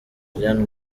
ariana